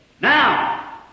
Now